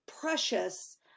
precious